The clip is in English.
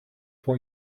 what